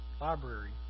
library